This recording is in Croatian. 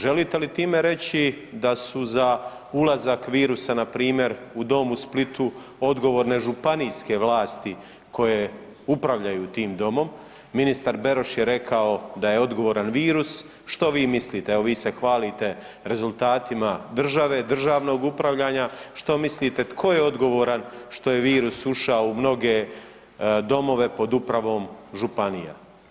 Želite li time reći da su za ulazak virusa npr. u dom u Splitu odgovorne županijske vlasti koje upravljaju tim domom, ministar Beroš je rekao da je odgovoran virus, što vi mislite, evo vi se hvalite rezultatima države, državnog upravljanja, što mislite tko je odgovoran što je virus ušao u mnoge domove pod upravom županija?